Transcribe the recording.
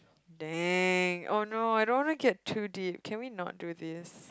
dang oh no I don't wanna get too deep can we not do this